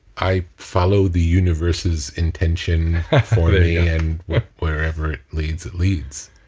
i follow the universe's intention for me and wherever it leads, it leads.